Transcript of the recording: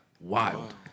wild